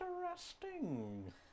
interesting